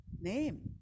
name